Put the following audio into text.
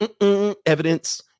Evidence